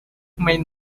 main